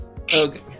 Okay